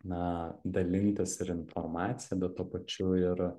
na dalintis ir informacija bet tuo pačiu ir